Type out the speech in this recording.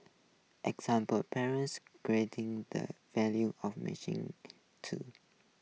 example parents greeting the value of machine too